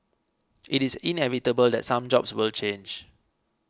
it is inevitable that some jobs will change